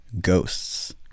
ghosts